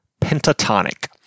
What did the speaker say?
pentatonic